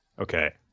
okay